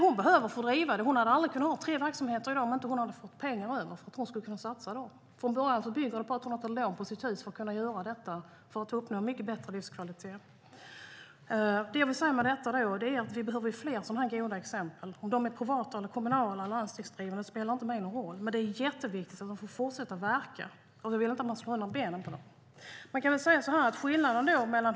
Hon hade aldrig kunnat ha tre verksamheter i dag om hon inte hade fått pengar över som hon kan satsa. Från början tog hon lån på sitt hus för att kunna göra detta och för att kunna uppnå en mycket bättre livskvalitet för dessa människor. Det som jag vill säga med detta är att vi behöver fler sådana goda exempel. Om dessa verksamheter är privata, kommunala eller landstingsdrivna spelar inte mig någon roll. Men det är jätteviktigt att de får fortsätta verka, och vi vill inte att man ska slå undan benen på dem.